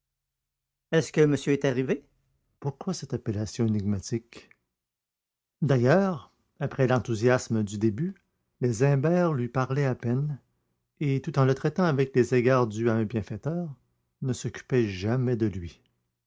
est-ce que monsieur est arrivé pourquoi cette appellation énigmatique d'ailleurs après l'enthousiasme du début les imbert lui parlaient à peine et tout en le traitant avec les égards dûs à un bienfaiteur ne s'occupaient jamais de lui